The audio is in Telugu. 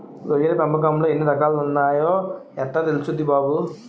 రొయ్యల పెంపకంలో ఎన్ని రకాలున్నాయో యెట్టా తెల్సుద్ది బాబూ?